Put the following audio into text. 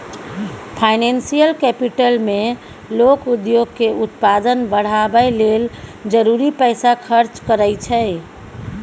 financial capital मे लोक उद्योग के उत्पादन बढ़ाबय लेल जरूरी पैसा खर्च करइ छै